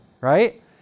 Right